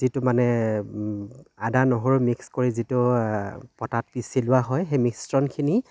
যিটো মানে আদা নহৰু মিক্স কৰি যিটো পটাত পিচি লোৱা হয় সেই মিশ্ৰণখিনি